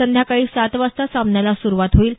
संध्याकाळी सात वाजता सामन्याला सुरुवात होईल